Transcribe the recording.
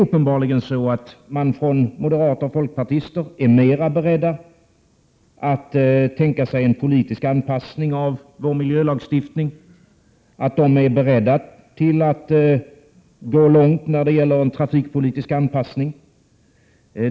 Uppenbarligen är moderater och folkpartister mera beredda att tänka sig en politisk anpassning av svensk miljölagstiftning och att gå långt när det gäller en trafikpolitisk anpassning.